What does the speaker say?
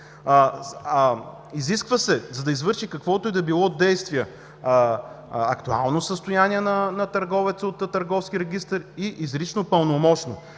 Изисква се, за да извърши каквото и да било действие, актуално състояние на търговеца от Търговския регистър и изрично пълномощно.